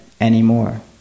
anymore